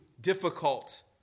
difficult